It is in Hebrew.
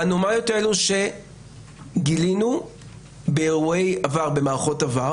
האנומליות האלה שגילינו באירועי עבר, במערכות עבר